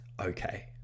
okay